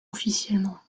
officiellement